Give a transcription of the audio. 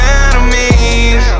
enemies